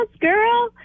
girl